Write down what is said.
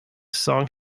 song